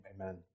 Amen